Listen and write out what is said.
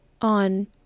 on